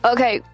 Okay